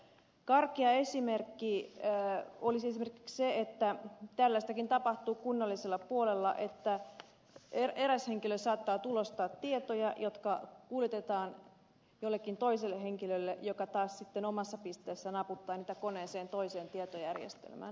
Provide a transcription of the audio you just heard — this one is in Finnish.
karkea esimerkki olisi esimerkiksi se tällaistakin tapahtuu kunnallisella puolella että eräs henkilö saattaa tulostaa tietoja jotka kuljetetaan jollekin toiselle henkilölle joka taas sitten omassa pisteessään naputtaa niitä koneeseen toiseen tietojärjestelmään